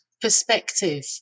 perspective